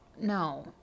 No